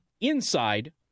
inside